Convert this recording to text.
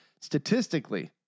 statistically